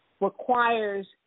requires